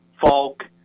Falk